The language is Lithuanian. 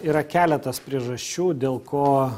yra keletas priežasčių dėl ko